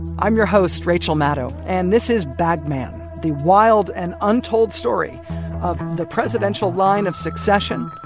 i'm your host rachel maddow. and this is bag man the wild and untold story of the presidential line of succession,